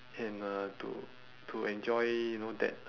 and uh to to enjoy you know that